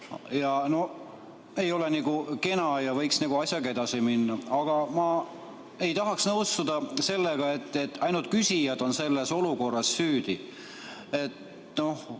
aga see ei ole nagu kena ja me võiks asjaga edasi minna. Aga ma ei tahaks nõustuda sellega, et ainult küsijad on selles olukorras süüdi. Ma